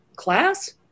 class